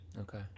Okay